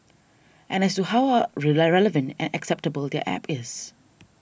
and as to how are relevant and acceptable their app is